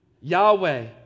Yahweh